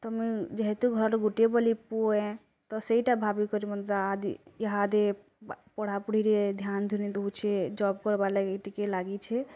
ତ ମୁଇଁ ଯେହେତୁ ଘରୁ ଗୋଟିଏ ବୋଲି ପୁଅଏଁ ତ ସେଇଟା ଭାବିକରି ମୋର୍ ଦାଦି ଇହାଦେ ପଢ଼ାପୁଢ଼ିରେ ଧ୍ୟାନ୍ ଧୁନି ଦଉଛେ ଜବ୍ କର୍ବା ଲାଗି ଟିକେ ଲାଗିଛେ